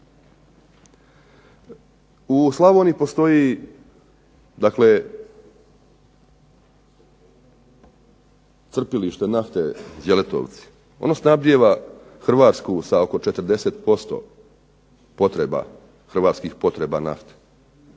U Slavoniji postoji dakle crpilište nafte Đeletovci, ono snabdijeva Hrvatsku sa oko 40% hrvatskih potreba nafte.